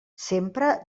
sempre